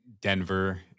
Denver